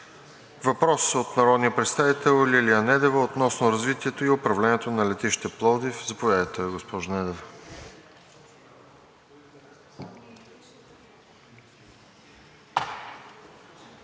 Въпрос от народния представител Лилия Недева относно развитието и управлението на летище Пловдив. Заповядайте, госпожо Недева.